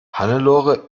hannelore